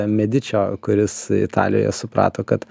medičio kuris italijoj suprato kad